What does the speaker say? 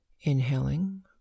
inhaling